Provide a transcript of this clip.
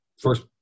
first